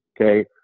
okay